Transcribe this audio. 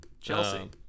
Chelsea